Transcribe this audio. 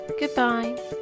Goodbye